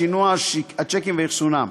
שינוע השיקים ואחסונם.